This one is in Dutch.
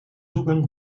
zoeken